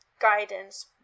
guidance